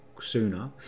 sooner